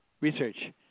research